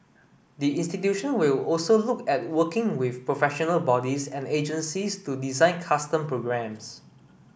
the institution will also look at working with professional bodies and agencies to design custom programmes